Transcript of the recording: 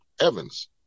Evans